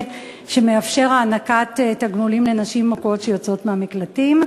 שמאפשר הענקת תגמולים לנשים שיוצאות מהמקלטים.